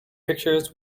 pictures